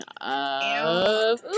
up